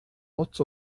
lots